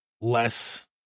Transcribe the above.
Less